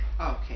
okay